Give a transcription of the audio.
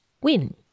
win